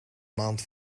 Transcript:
maand